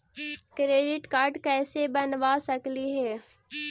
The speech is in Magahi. क्रेडिट कार्ड कैसे बनबा सकली हे?